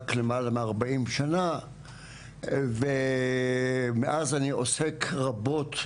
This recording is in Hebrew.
רק למעלה מארבעים שנה ומאז אני עוסק רבות,